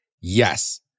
Yes